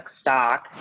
stock